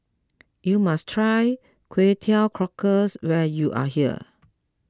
you must try Kway Teow Cockles when you are here